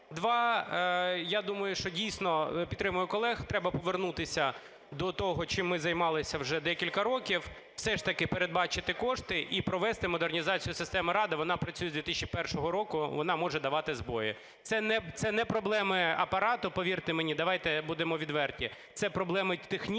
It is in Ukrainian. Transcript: Два. Я думаю, що дійсно, підтримую колег, треба повернутися до того, чим ми займалися вже декілька років, все ж таки передбачити кошти і провести модернізацію системи "Рада", вона працює з 2001 року, вона може давати збої. Це не проблеми Апарату, повірте мені, давайте будемо відверті, це проблеми технічні.